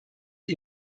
die